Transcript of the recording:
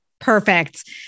Perfect